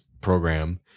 program